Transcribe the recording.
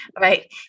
right